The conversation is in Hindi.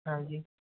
हाँ जी